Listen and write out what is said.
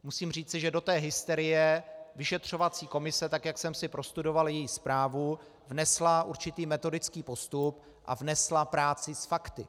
Musím říci, že do té hysterie vyšetřovací komise, tak jak jsem si prostudoval její zprávu, vnesla určitý metodický postup a vnesla práci s fakty.